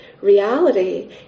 reality